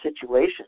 situation